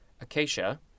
Acacia